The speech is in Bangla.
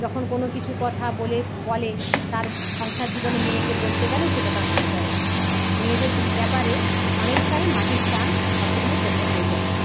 যখন কোনকিছু কথা বলে বলে তার সংসার জীবনে মেয়েকে বলতে গেলেও সেটা তার মনে পরে মেয়েদের ব্যাপারে অনেকটাই মাটির টান সবসময় সেখানে চলতে থাকে